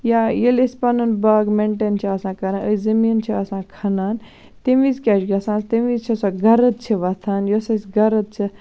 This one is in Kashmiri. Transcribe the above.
یا ییٚلہِ أسۍ پَنُن باغ مینٹین چھِ آسان کَران أسۍ زٔمیٖن چھِ آسان کھَنان تمہِ وِز کیاہ چھُ گَژھان تمہِ وِز چھِ سۄ گرٕد چھِ ووٚتھان یۄس اَسہِ گرد چھِ